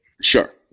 Sure